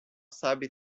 sabe